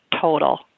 total